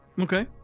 Okay